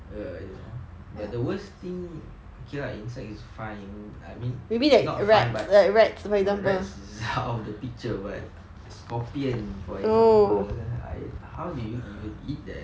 err you know but the worst thing okay lah insect is fine I mean not fine but rats is out of the picture but scorpion for example I how do you even eat that